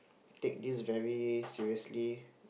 take this very seriously